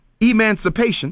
emancipation